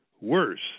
worse